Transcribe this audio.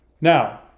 Now